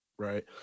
Right